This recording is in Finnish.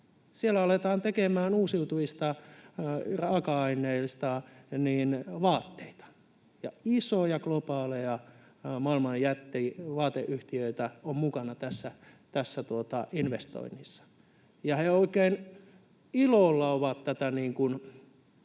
Siellä aletaan tekemään uusiutuvista raaka-aineista vaatteita, ja isoja globaaleja maailman jättivaateyhtiöitä on mukana tässä investoinnissa. He oikein ilolla ovat tuoneet